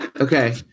okay